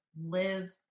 live